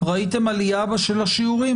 ראיתם עלייה של השיעורים?